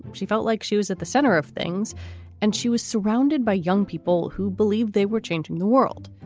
she felt like she was at the center of things and she was surrounded by young people who believed they were changing the world.